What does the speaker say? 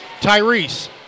Tyrese